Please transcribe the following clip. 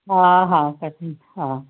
हा हा हा